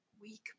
week